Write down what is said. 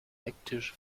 ecktisch